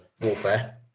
warfare